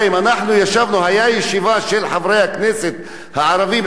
היתה ישיבה של חברי הכנסת הערבים עם שר הפנים,